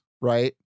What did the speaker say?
right